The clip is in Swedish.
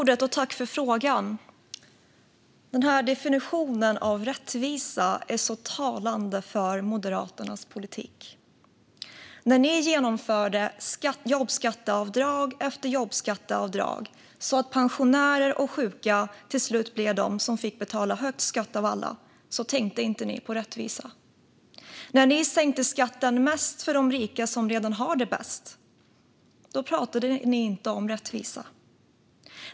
Fru talman! Tack för frågan, Fredrik Schulte! Den här definitionen av rättvisa är talande för Moderaternas politik. När ni genomförde jobbskatteavdrag efter jobbskatteavdrag så att det blev pensionärer och sjuka som till slut fick betala högst skatt av alla tänkte ni inte på rättvisa. När ni sänkte skatten mest för de rika som redan har det bäst talade ni inte om rättvisa.